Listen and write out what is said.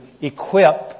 equip